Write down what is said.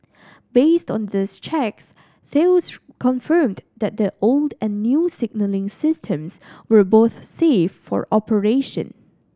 based on these checks Thales confirmed that the old and new signalling systems were both safe for operation